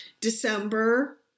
December